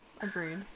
Agreed